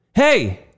Hey